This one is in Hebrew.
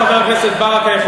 חבר הכנסת ברכה,